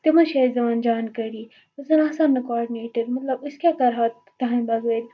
تِمَے چھِ اَسہِ دِوان جانکٲری وۄنۍ زَن آسہٕ ہَن نہٕ کاڈنیٹر مطلب أسۍ کیٛاہ کَرٕہَو تَہںٛدِ بغٲر